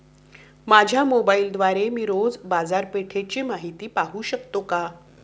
माझ्या मोबाइलद्वारे मी रोज बाजारपेठेची माहिती पाहू शकतो का?